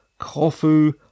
Kofu